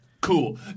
Cool